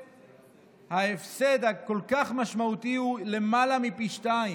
וההפסד הכל-כך משמעותי הוא למעלה מפי שניים,